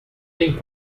tem